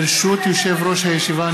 ברשות יושב-ראש הישיבה,